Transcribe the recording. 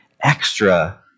extra